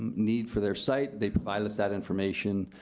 need for their site. they provided us that information,